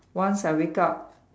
once I wake up